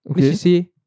Okay